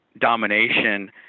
domination